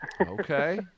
okay